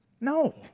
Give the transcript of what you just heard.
No